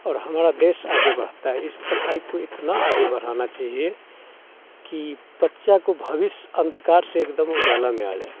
और हमारा देश आगे बढ़ता है इस पढ़ाई को इतना आगे बढ़ाना चाहिए कि बच्चा को भविष्य अंधकार से एकदम उजाला में आ जाए